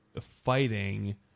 fighting